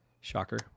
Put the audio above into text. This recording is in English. Shocker